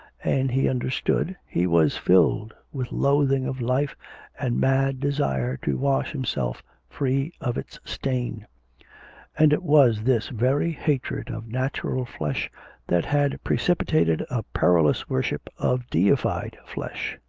and he understood, he was filled with loathing of life and mad desire to wash himself free of its stain and it was this very hatred of natural flesh that had precipitated a perilous worship of deified flesh.